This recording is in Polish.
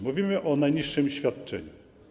Mówimy o najniższym świadczeniu.